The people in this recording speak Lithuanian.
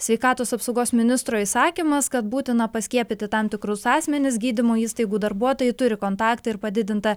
sveikatos apsaugos ministro įsakymas kad būtina paskiepyti tam tikrus asmenis gydymo įstaigų darbuotojai turi kontaktą ir padidintą